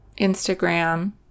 Instagram